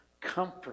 comfort